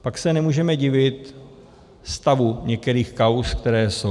Pak se nemůžeme divit stavu některých kauz, které jsou.